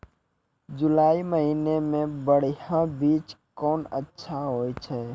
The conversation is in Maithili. जुलाई महीने मे बढ़िया बीज कौन अच्छा होय छै?